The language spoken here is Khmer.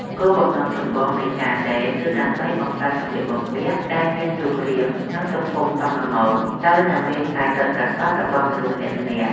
គោលបំណងចម្បងនៃការដេរគឺដើម្បីបង្កើតសម្លៀកបំពាក់ដែលមានរូបរាង និងទំហំសមល្មមទៅនឹងរាងកាយពិតប្រាកដរបស់មនុស្សម្នាក់ៗ។